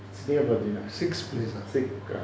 sikhs place